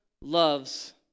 loves